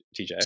TJ